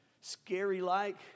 scary-like